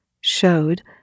showed